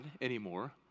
anymore